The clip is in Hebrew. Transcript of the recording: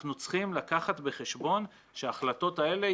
אנחנו צריכים לקחת בחשבון שההחלטות האלה,